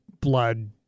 blood